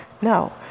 No